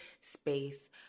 space